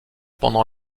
pendant